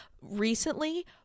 recently